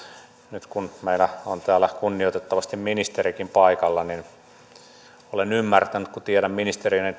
nyt kun meillä on täällä kunnioitettavasti ministerikin paikalla niin olen ymmärtänyt kun tiedän ministerin